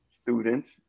Students